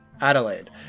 Adelaide